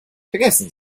vergessen